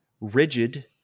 rigid